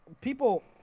people